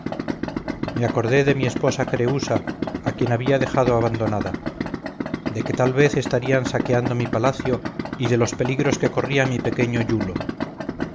me acordé de mi esposa creúsa a quien había dejado abandonada de que tal vez estarían saqueando mi palacio y de los peligros que corría mi pequeño iulo